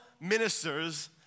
ministers